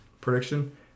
prediction